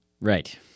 Right